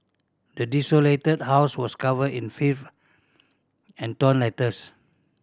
the desolated house was covered in filth and torn letters